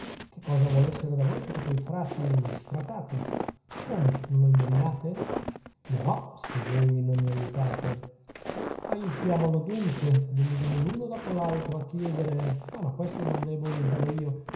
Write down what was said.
che cosa volessero da voi tutti quei frati sfratati come non lo indovinate io no se voi non mi aiutate aiutiamolo dunque venivano l'un dopo l'altro a chiedere ma no questo non debbo dirvelo io